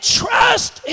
trust